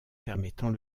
permettant